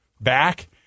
back